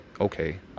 okay